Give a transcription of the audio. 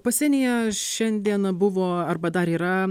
pasienyje šiandien buvo arba dar yra